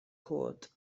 cwd